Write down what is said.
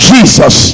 Jesus